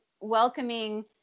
welcoming